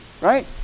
right